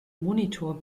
monitor